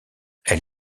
elle